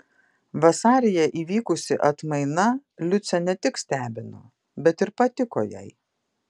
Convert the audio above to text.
vasaryje įvykusi atmaina liucę ne tik stebino bet ir patiko jai